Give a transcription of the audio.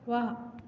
वाह